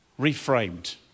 reframed